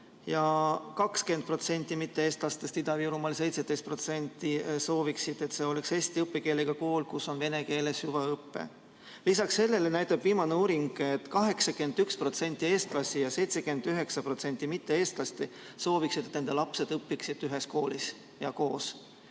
ja 20% mitte-eestlastest, Ida-Virumaal 17%, sooviksid, et see oleks eesti õppekeelega kool, kus on vene keele süvaõpe. Lisaks sellele näitab viimane uuring, et 81% eestlasi ja 79% mitte-eestlasi sooviksid, et nende lapsed õpiksid ühes koolis ja koos.